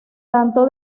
tanto